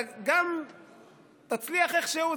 אתה גם תצליח איכשהו,